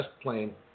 plane